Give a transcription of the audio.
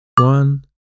One